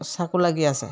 চাকু লাগি আছে